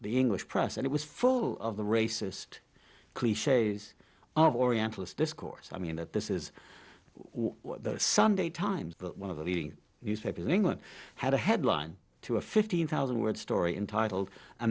the english press and it was full of the racist cliches of orientals discourse i mean that this is what the sunday times but one of the leading newspapers in england had a headline to a fifteen thousand word story entitled a